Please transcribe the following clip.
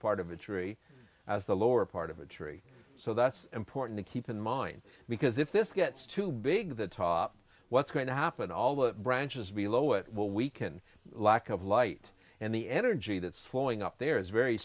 part of a tree as the lower part of a tree so that's important to keep in mind because if this gets too big of the top what's going to happen all the branches below it will weaken lack of light and the energy that's flowing up there is very